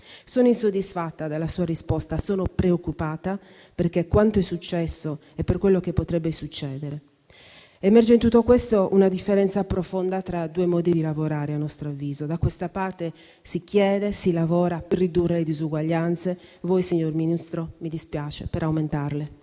Sono insoddisfatta della sua risposta e sono preoccupata per quanto è successo e per quello che potrebbe succedere. Emerge in tutto questo una differenza profonda tra due modi di lavorare, a nostro avviso: da questa parte, si chiede e si lavora per ridurre le disuguaglianze; voi, signor Ministro - mi dispiace - per aumentarle.